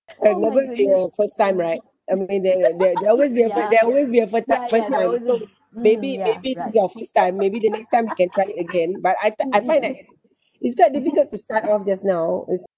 like remember your first time right I mean there were there always be a there always be a first time maybe maybe this is your first time maybe the next time we can try it again but I tho~ I find that it's it's quite difficult to start off just now cause